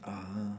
ah